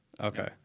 Okay